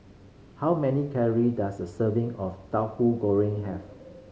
how many calorie does a serving of goreng have